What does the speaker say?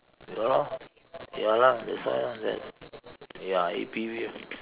ya lor ya lah that's why and then ya A_P_B